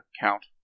count